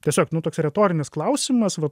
tiesiog nu toks retorinis klausimas va